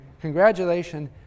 Congratulations